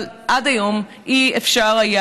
אבל עד היום זה לא היה אפשרי.